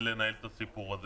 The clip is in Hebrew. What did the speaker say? לנהל את זה.